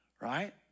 right